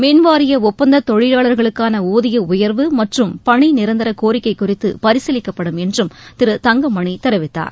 மின்வாரிய ஒப்பந்த தொழிலாளர்களுக்கான ஊதிய உயர்வு மற்றும் பணி நிரந்தர கோரிக்கை குறித்து பரிசீலிக்கப்படும் என்றும் திரு தங்கமணி தெரிவித்தார்